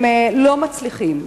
לא מצליחים.